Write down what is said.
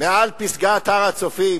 "מעל פסגת הר הצופים".